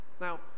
Now